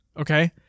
Okay